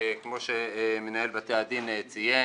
כמו שמנהל בתי הדין ציין,